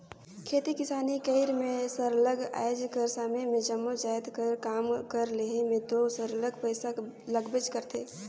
खेती किसानी करई में सरलग आएज कर समे में जम्मो जाएत कर काम कर लेहे में दो सरलग पइसा लागबेच करथे